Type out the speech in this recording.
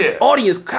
Audience